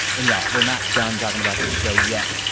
and, y'all, we're not done talking about this show yet.